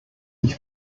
die